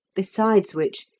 besides which,